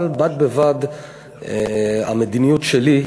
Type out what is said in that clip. אבל בד בבד המדיניות שלי,